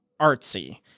artsy